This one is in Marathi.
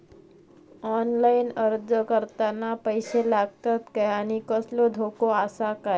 ऑनलाइन अर्ज करताना पैशे लागतत काय आनी कसलो धोको आसा काय?